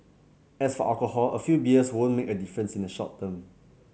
as for alcohol a few beers won't make a difference in the short term